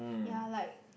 ya like